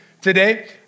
today